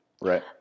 right